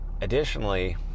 additionally